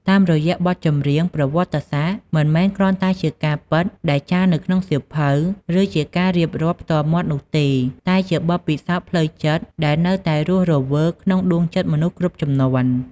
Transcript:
តាមរយៈបទចម្រៀង ប្រវត្តិសាស្ត្រមិនមែនគ្រាន់តែជាការពិតដែលចារនៅក្នុងសៀវភៅ ឬជាការរៀបរាប់ផ្ទាល់មាត់នោះទេ តែជាបទពិសោធន៍ផ្លូវចិត្តដែលនៅតែរស់រវើកក្នុងដួងចិត្តមនុស្សគ្រប់ជំនាន់។